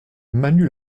manu